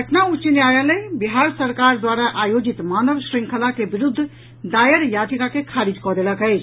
पटना उच्च न्यायालय बिहार सरकार द्वारा आयोजित मानव श्रृंखला के विरूद्व दायर याचिका के खारिज कऽ देलक अछि